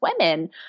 women